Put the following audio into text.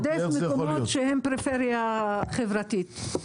לתעדף מקומות שהם פריפריה חברתית.